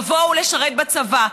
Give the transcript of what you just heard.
לבוא ולשרת בצבא,